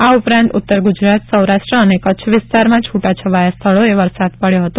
આ ઉપરાંત ઉત્તર ગુજરાત સૌરાષ્ટ્ર અને કચ્છ વિસ્તારમાં છૂટા છવાયા સ્થળોએ વરસાદ પડ્યો હતો